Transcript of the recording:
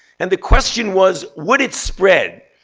and the question was, would it spread?